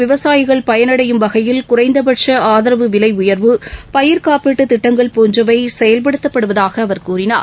விவசாயிகள் பயனடையும் வகையில் குறைந்தபட்ச ஆதரவு விலை உயர்வு பயிர்க்காப்பீட்டுத் திட்டங்கள் போன்றவை செயல்படுத்தப்படுவதாக அவர் கூறினார்